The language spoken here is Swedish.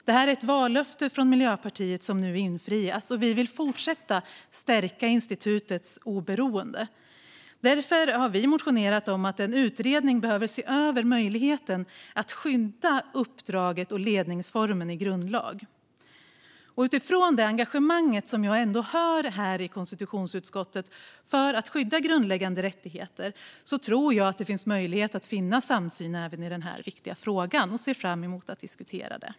Detta är ett vallöfte från Miljöpartiet som nu infrias, och vi vill fortsätta att stärka institutets oberoende. Därför har vi motionerat om att en utredning behöver se över möjligheten att skydda uppdraget och ledningsformen i grundlag. Utifrån det engagemang för grundläggande rättigheter, som jag hör finns i konstitutionsutskottet, tror jag att det finns möjlighet att finna en samsyn även i denna viktiga fråga. Jag ser fram emot att diskutera detta.